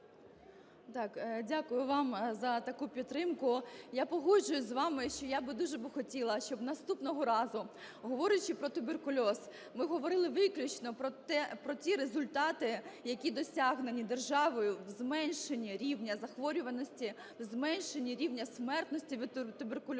Дякую вам за таку підтримку. Я погоджуюсь з вами, що я би дуже би хотіла, щоб наступного разу, говорячи про туберкульоз, ми говорили виключно про ті результати, які досягнені державою в зменшенні рівня захворюваності, в зменшенні рівня смертності від туберкульозу.